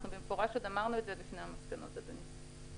במפורש עוד אמרנו את זה לפני המסקנות, אדוני.